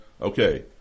Okay